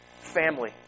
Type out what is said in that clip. Family